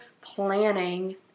planning